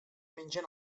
mengen